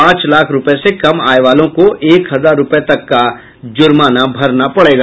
पांच लाख रूपये से कम आय वालों को एक हजार रूपये तक का जुर्माना भरना पड़ेगा